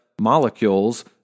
molecules